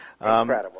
Incredible